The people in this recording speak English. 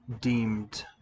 deemed